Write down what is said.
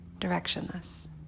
Directionless